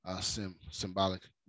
symbolic